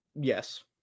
Yes